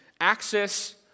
Access